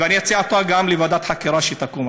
ואני אציע אותה גם לוועדת החקירה שתקום,